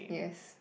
yes